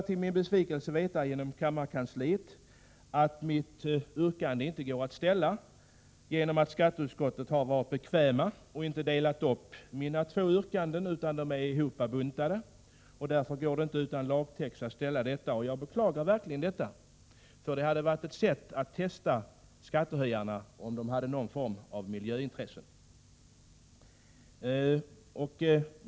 Till min besvikelse får jag genom kammarkansliet veta att något sådant yrkande inte går att ställa på grund av att skatteutskottet har varit bekvämt och inte delat upp mina två yrkanden. De är hopbuntade, och därför går det inte att utan lagtext ställa ett sådant här yrkande. Jag beklagar verkligen detta, för det hade varit ett sätt att testa om skattehöjarna hade någon form av miljöintressen.